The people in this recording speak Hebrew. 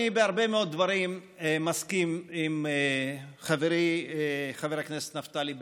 אני בהרבה מאוד דברים מסכים עם חברי חבר הכנסת נפתלי בנט.